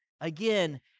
Again